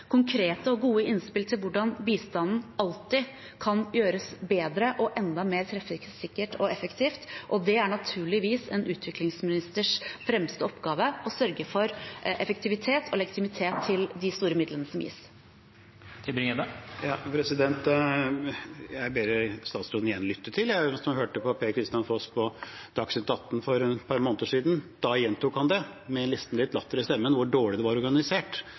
konkrete og gode innspill til hvordan bistanden alltid kan gjøres bedre og enda mer treffsikker og effektiv. Og det er naturligvis en utviklingsministers fremste oppgave å sørge for effektivitet og legitimitet for de store midlene som gis. Jeg ber statsråden igjen lytte. Hvis hun hørte Per-Kristian Foss på Dagsnytt 18 for et par måneder siden, gjentok han – nesten med litt latter i stemmen – hvor dårlig det er organisert.